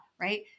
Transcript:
right